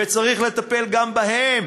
וצריך לטפל גם בהם,